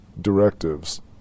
directives